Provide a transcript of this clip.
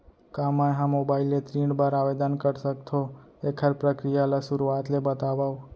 का मैं ह मोबाइल ले ऋण बर आवेदन कर सकथो, एखर प्रक्रिया ला शुरुआत ले बतावव?